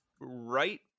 right